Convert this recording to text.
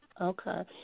Okay